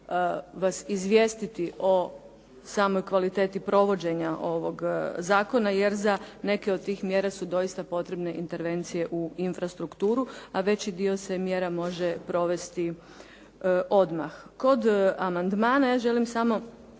vas izvijestiti o samoj kvaliteti provođenja ovog zakona, jer za neke od tih mjera su doista potrebne intervencije u infrastrukturu, a veći dio mjera se može provesti odmah. Kod amandmana ja vam želim samo